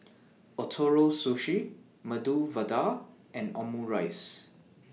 Ootoro Sushi Medu Vada and Omurice